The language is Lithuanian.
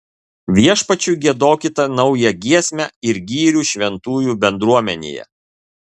viešpačiui giedokite naują giesmę ir gyrių šventųjų bendruomenėje